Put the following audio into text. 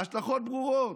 ההשלכות ברורות,